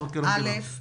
ראשית,